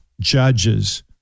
judges